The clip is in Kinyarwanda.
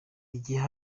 igihe